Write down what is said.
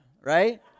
right